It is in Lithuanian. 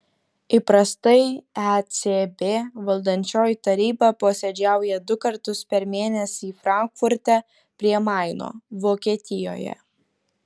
įprastai ecb valdančioji taryba posėdžiauja du kartus per mėnesį frankfurte prie maino vokietijoje